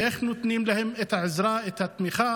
ואיך נותנים להם את העזרה והתמיכה